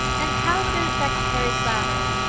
and how would it affect harry clavering?